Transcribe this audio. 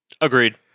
Agreed